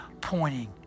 pointing